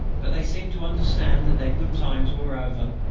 but they seemed to understand that their good times were over,